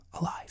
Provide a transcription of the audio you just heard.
alive